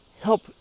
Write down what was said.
help